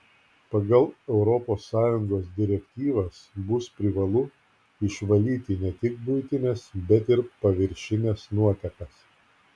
pagal europos sąjungos direktyvas bus privalu išvalyti ne tik buitines bet ir paviršines nuotekas